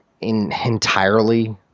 entirely